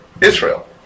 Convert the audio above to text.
Israel